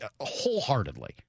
wholeheartedly